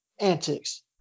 antics